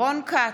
רון כץ,